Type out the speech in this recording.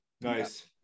nice